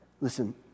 Listen